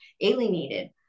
alienated